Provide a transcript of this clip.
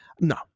No